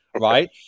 right